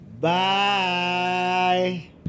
Bye